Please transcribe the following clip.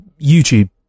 YouTube